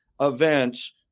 events